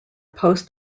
post